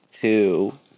two